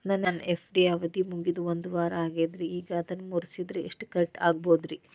ನನ್ನ ಎಫ್.ಡಿ ಅವಧಿ ಮುಗಿದು ಒಂದವಾರ ಆಗೇದ್ರಿ ಈಗ ಅದನ್ನ ಮುರಿಸಿದ್ರ ಎಷ್ಟ ಕಟ್ ಆಗ್ಬೋದ್ರಿ?